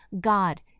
God